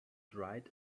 dried